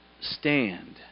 stand